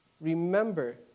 remember